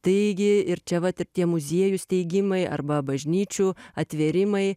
taigi ir čia vat ir tie muziejų steigimai arba bažnyčių atvėrimai